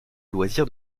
loisir